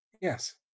Yes